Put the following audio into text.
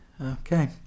Okay